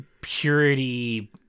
purity